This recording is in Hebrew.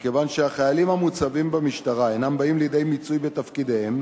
מכיוון שהחיילים המוצבים במשטרה אינם באים לידי מיצוי בתפקידיהם,